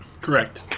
correct